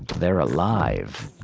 they're alive.